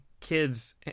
kids